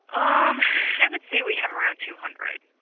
um i would say we have around two hundred.